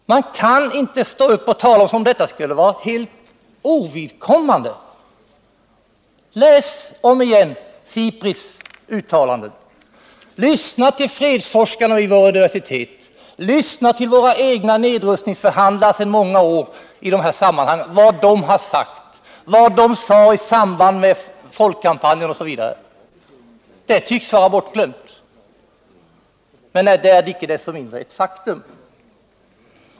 Man kan inte stå upp och tala som om detta skulle vara helt ovidkommande. Läs om igen SIPRI:s uttalanden. Lyssna på fredsforskarna vid våra universitet. Lyssna på vad våra egna nedrustningsförhandlare har sagt sedan många år i detta sammanhang och vad de sade i samband med folkkampanjen. Det tycks vara bortglömt men är inte desto mindre ett faktum.